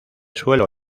suelo